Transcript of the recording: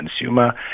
consumer